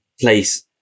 place